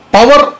Power